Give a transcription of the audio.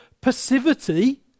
passivity